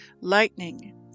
lightning